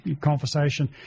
conversation